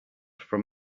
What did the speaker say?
from